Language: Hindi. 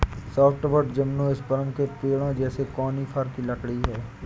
सॉफ्टवुड जिम्नोस्पर्म के पेड़ों जैसे कॉनिफ़र की लकड़ी है